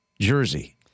Jersey